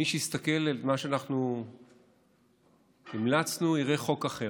מי שהסתכל על מה שאנחנו המלצנו יראה חוק אחר.